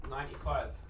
Ninety-five